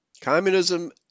communism